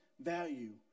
value